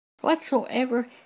Whatsoever